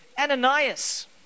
Ananias